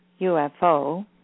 UFO